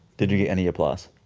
did you get any applause?